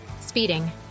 Speeding